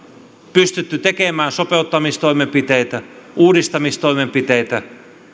pystytty tekemään sopeuttamistoimenpiteitä uudistamistoimenpiteitä